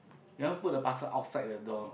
you want put the parcel outside the door or not